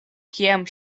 kiam